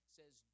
says